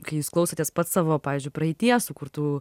kai jūs klausotės pats savo pavyzdžiui praeityje sukurtų